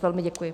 Velmi děkuji.